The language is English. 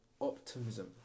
optimism